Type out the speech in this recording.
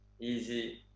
easy